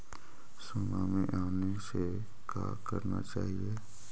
Tsunami आने से का करना चाहिए?